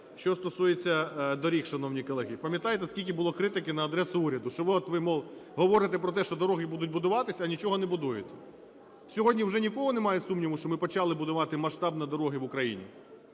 Що стосується доріг, шановні колеги, пам'ятаєте скільки було критики на адресу уряду, що от ви, мов, говорите, що дороги будуть будуватися, а нічого не будуєте. Сьогодні вже ні в кого немає сумніву, що ми почали будувати масштабно дороги в Україні?